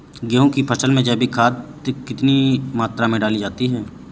गेहूँ की फसल में जैविक खाद कितनी मात्रा में डाली जाती है?